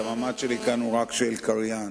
המעמד שלי כאן הוא רק של קריין.